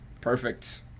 perfect